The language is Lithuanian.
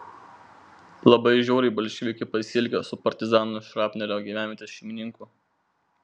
labai žiauriai bolševikai pasielgė su partizano šrapnelio gyvenvietės šeimininku